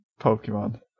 Pokemon